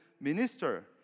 minister